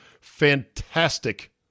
Fantastic